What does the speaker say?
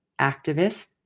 activist